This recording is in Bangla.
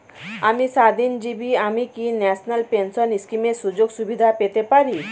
আমি স্বাধীনজীবী আমি কি ন্যাশনাল পেনশন স্কিমের সুযোগ সুবিধা পেতে পারি?